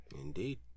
Indeed